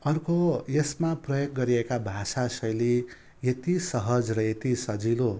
अर्को यसमा प्रयोग गरिएका भाषाशैली यति सहज र यति सजिलो